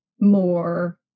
more